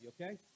okay